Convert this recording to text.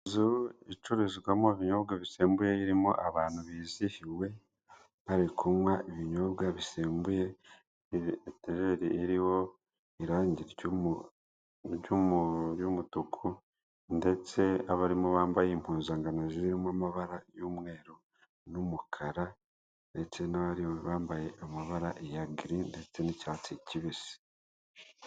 Inzu icururizwamo ibinyobwa bisembuye birimo abantu bizihiwe bari kunywa ibinyibwa bisembuye itereri iriho irangi ry'umutuku ndetse n'abarimo bambaye impuzangano zirimo amabara y'umweru n'umukara ndetse n'abandi bambaye izirimo amabara ya giri ndeste n'icyatsi kibisi.